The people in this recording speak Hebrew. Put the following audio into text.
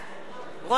רוני בר-און,